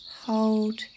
hold